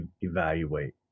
evaluate